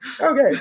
Okay